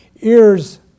ears